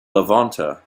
levanter